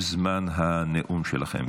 זמן הנאום שלכם.